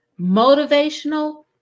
Motivational